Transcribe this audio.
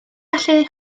gallu